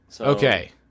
Okay